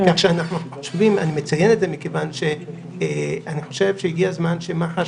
אני מציין את זה מכיוון שאני חושב שהגיע הזמן שמח"ש